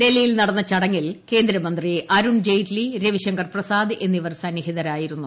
ഡൽഹിയിൽ നടന്ന ചടങ്ങിൽ കേന്ദ്ര മന്ത്രി അരുൺ ജെയ്റ്റ്ലി രവിശങ്കർ പ്രസാദ് എന്നിവർ സന്നിഹിതരായുന്നു